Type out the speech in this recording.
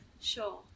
Sure